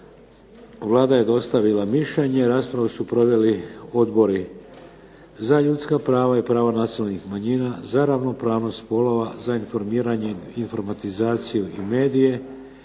Vlada je dostavila mišljenje. Raspravu su proveli Odbori za ljudska prava i prava nacionalnih manjina, za ravnopravnost spolova, za informiranje, informatizaciju i medije,